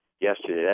yesterday